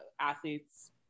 athletes